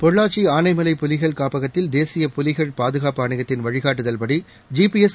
பொள்ளாச்சி ஆனைமலை புலிகள் காப்பகத்தில் தேசிய புலிகள் பாதுகாப்பு ஆணையத்தின் வழிகாட்டுதல்படி ஜிபிஎஸ்